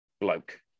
bloke